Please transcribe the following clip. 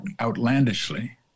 outlandishly